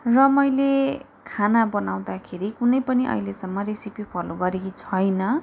र मैले खाना बनाउँदाखेरि कुनै पनि अहिलेसम्म रेसिपी फलो गरेकी छैन